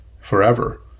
forever